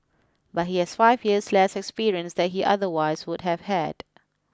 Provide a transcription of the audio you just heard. but he has five years less experience that he otherwise would have had